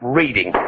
reading